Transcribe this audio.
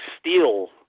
steel